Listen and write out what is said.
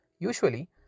Usually